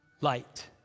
light